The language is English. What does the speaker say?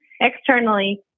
Externally